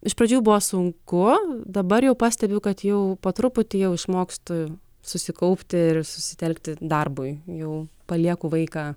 iš pradžių buvo sunku dabar jau pastebiu kad jau po truputį jau išmokstu susikaupti ir susitelkti darbui jau palieku vaiką